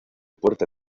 puerta